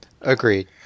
Agreed